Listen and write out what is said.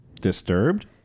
disturbed